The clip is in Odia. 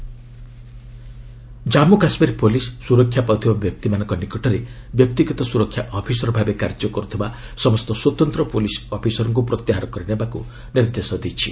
J and K SPO Jammu Kashmir police ସୁରକ୍ଷା ପାଉଥିବା ବ୍ୟକ୍ତିମାନଙ୍କ ନିକଟରେ ବ୍ୟକ୍ତିଗତ ସୁରକ୍ଷା ଅଫିସର୍ ଭାବେ କାର୍ଯ୍ୟ କରୁଥିବା ସମସ୍ତ ସ୍ୱତନ୍ତ୍ର ପୁଲିସ୍ ଅଫିସରଙ୍କୁ ପ୍ରତ୍ୟାହାର କରି ନେବାକୁ ନିର୍ଦ୍ଦେଶ ଦେଇଛି